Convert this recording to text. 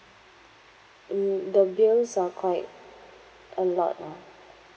mm the bills are quite a lot lah